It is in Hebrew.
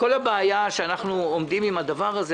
כל הבעיה שלנו עם העניין הזה,